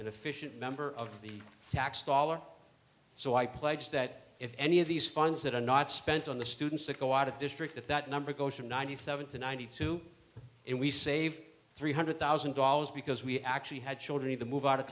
and efficient member of the tax dollars so i pledge that if any of these funds that are not spent on the students that go out of district if that number goes from ninety seven to ninety two and we save three hundred thousand dollars because we actually had children either move out of